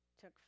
took